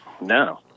No